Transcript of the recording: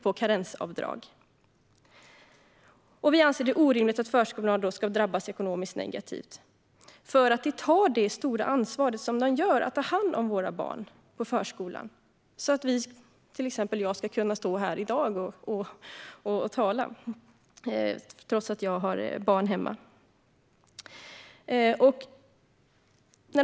Vi anser att det är orimligt att förskolepersonal ska drabbas ekonomiskt negativt för att de tar det stora ansvaret att ta hand om våra barn på förskolan för att vi ska kunna jobba, till exempel som jag gör när jag står här i dag och talar trots att jag har barn hemma.